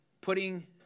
putting